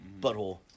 butthole